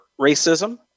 racism